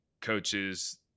Coaches